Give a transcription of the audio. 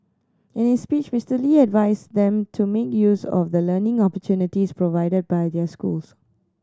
in his speech Mister Lee advised them to make use of the learning opportunities provided by their schools